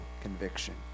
conviction